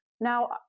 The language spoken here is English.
Now